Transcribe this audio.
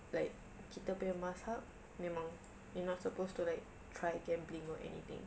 like kita punya mazhab memang we're not supposed to try gambling or anything